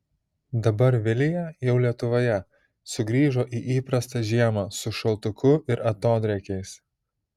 dabar vilija jau lietuvoje sugrįžo į įprastą žiemą su šaltuku ir atodrėkiais